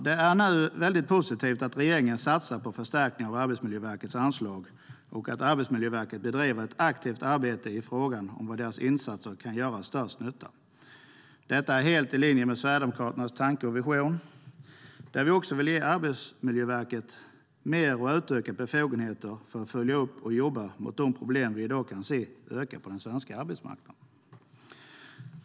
Det är positivt att regeringen nu satsar på förstärkningar av Arbetsmiljöverkets anslag och att Arbetsmiljöverket bedriver ett aktivt arbete i frågan om var deras insatser kan göra störst nytta. Detta är helt i linje med Sverigedemokraternas tanke och vision, där vi också vill ge Arbetsmiljöverket fler och utökade befogenheter för att följa upp och jobba mot de problem som vi i dag ser ökar på den svenska arbetsmarknaden.